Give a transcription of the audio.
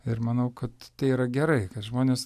ir manau kad tai yra gerai kad žmonės